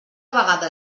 vegada